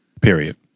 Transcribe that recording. Period